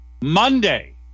Monday